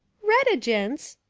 retigence!